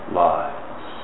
lives